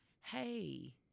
Hey